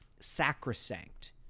sacrosanct